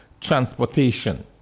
transportation